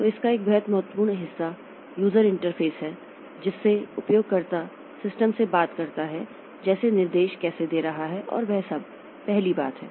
तो इसका एक बहुत महत्वपूर्ण हिस्सा यूजर इंटरफेस है जिससे उपयोगकर्ता सिस्टम से बात करता है जैसे निर्देश कैसे दे रहा है और वह सब पहली बात है